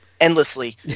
endlessly